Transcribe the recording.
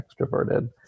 extroverted